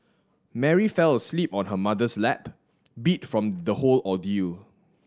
Mary fell asleep on her mother's lap beat from the whole ordeal